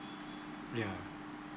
ya